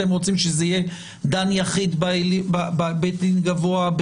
אם אתם רוצים שזה יהיה דן יחיד בבית דין גבוה.